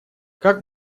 как